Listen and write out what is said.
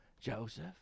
Joseph